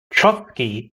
trotsky